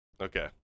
Okay